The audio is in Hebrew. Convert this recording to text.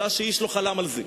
בשעה שאיש לא חלם על זה,